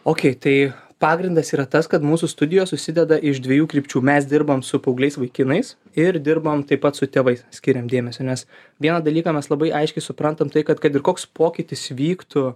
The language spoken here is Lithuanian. okėj tai pagrindas yra tas kad mūsų studijoj susideda iš dviejų krypčių mes dirbam su paaugliais vaikinais ir dirbam taip pat su tėvais skiriam dėmesio nes vieną dalyką mes labai aiškiai suprantam tai kad kad ir koks pokytis vyktų